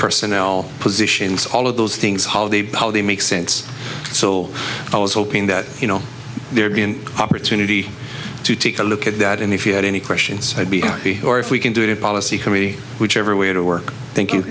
personnel positions all of those things holiday policy makes sense so i was hoping that you know there'd be an opportunity to take a look at that and if you had any questions i'd be happy or if we can do it in policy committee whichever way to work thank